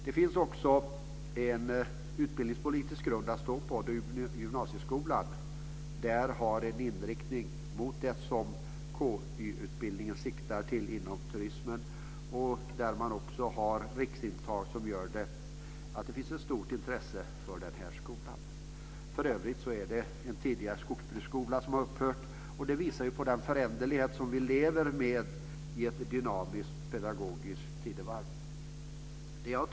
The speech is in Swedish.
Det finns också en utbildningspolitisk grund att stå på då gymnasieskolan har en inriktning mot det som den kvalificerade yrkesutbildningen siktar på inom turismen. Man har också riksintag, vilket gör att det finns ett stort intresse för den här utbildningen. För övrigt är det en tidigare skogsbruksskola som har upphört, och det visar på den föränderlighet som vi lever med i ett dynamiskt pedagogiskt tidevarv. Fru talman!